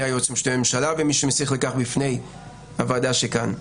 הייעוץ המשפטי לממשלה ומי שמוסמך לכך בפני הוועדה שכאן.